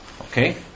Okay